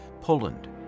Poland